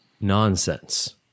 nonsense